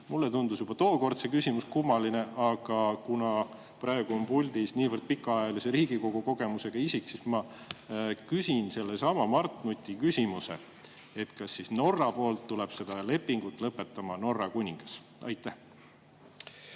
Mulle tundus juba tookord see küsimus kummaline, aga kuna praegu on puldis niivõrd pikaajalise Riigikogu kogemusega isik, siis ma küsin sellesama Mart Nuti küsimuse: kas Norra poolt tuleb seda lepingut lõpetama Norra kuningas? Tänan,